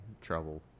trouble